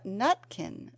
nutkin